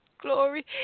glory